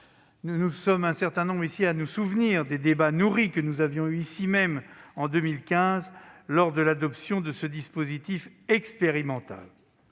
Nous sommes plusieurs dans cette enceinte à nous souvenir des débats nourris que nous avions eus, ici même, en 2015 lors de l'adoption de ce dispositif expérimental.